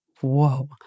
whoa